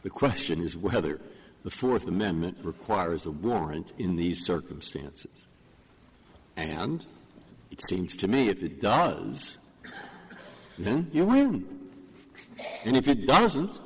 the question is whether the fourth amendment requires a warrant in these circumstances and it seems to me if it does then you want it and if it doesn't